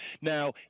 now